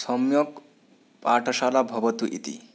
सम्यक् पाठशाला भवतु इति